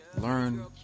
learn